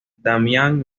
damián